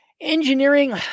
Engineering